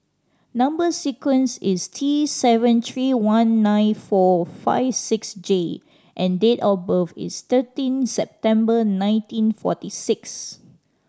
number sequence is T seven three one nine four five six J and date of birth is thirteen September nineteen forty six